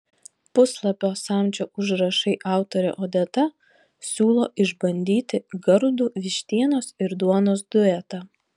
puslapio samčio užrašai autorė odeta siūlo išbandyti gardų vištienos ir duonos duetą